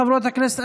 חברות הכנסת,